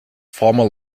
former